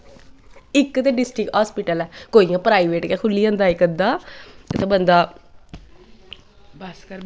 इक ते district hospital ऐ कोई इयां प्राईवेट गै खुल्ली जंदा इक अध्दा ते बंदा बस कर